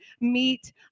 meet